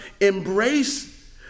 embrace